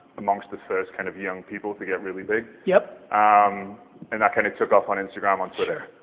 amongst the first kind of young people to get really big, yeah um and that kind of took off on instagram, on twitter.